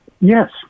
Yes